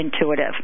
intuitive